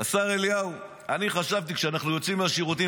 השר אליהו, אני חשבתי שכשאנחנו יוצאים מהשירותים,